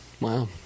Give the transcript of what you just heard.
Wow